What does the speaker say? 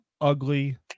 ugly